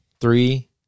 Three